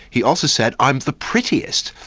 he also said i'm the prettiest.